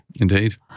Indeed